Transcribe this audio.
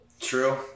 True